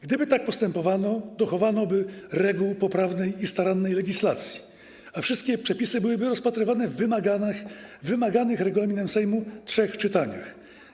Gdyby tak postępowano, dochowano by reguł poprawnej i starannej legislacji, a wszystkie przepisy byłyby rozpatrywane w wymaganych regulaminem Sejmu trzech czytaniach.